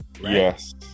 Yes